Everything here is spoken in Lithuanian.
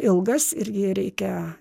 ilgas ir jį reikia